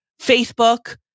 Facebook